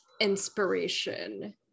inspiration